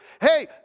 hey